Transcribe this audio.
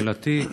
שאֵלתי: